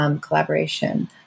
collaboration